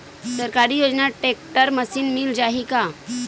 सरकारी योजना tractor machine मिल जाही का?